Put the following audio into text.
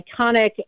iconic